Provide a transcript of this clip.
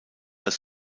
als